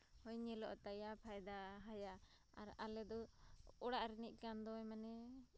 ᱢᱚᱡᱽ ᱧᱮᱞᱚᱜ ᱛᱟᱭᱟ ᱯᱷᱟᱭᱫᱟ ᱟᱨ ᱟᱞᱮ ᱫᱚ ᱚᱲᱟᱜ ᱨᱤᱱᱤᱡ ᱠᱟᱱ ᱫᱚᱭ ᱢᱟᱱᱮ